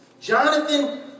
Jonathan